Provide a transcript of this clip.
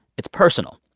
it's personal.